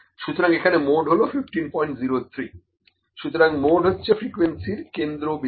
সুতরাং এখানে মোড হলো 1503 সুতরাং মোড যাচ্ছে ফ্রিকোয়েন্সির কেন্দ্র বিন্দু